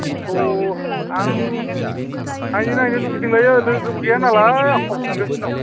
बेखौ आं नायनो नायनो लुगैदोंलै लोगोबो गैया नालाय आख' फाख' मोनगासिनो दं